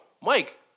Mike